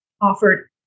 offered